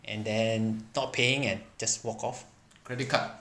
and then not paying and just walk off